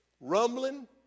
rumbling